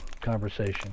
conversation